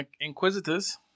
Inquisitors